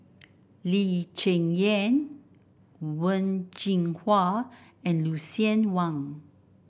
Lee Cheng Yan Wen Jinhua and Lucien Wang